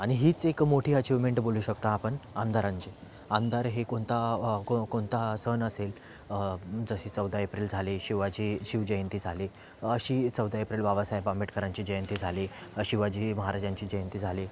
आणि हीच एक मोठी अचीवमेंट बोलू शकता आपण आमदारांची आमदार हे कोणता को कोणता सण असेल जशी चौदा एप्रिल झाली शिवाजी शिवजयंती झाली अशी चौदा एप्रिल बाबासाहेब आंबेडकरांची जयंती झाली शिवाजी महाराजांची जयंती झाली